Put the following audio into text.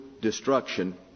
destruction